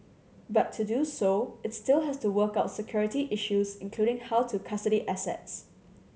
but to do so it still has to work out security issues including how to custody assets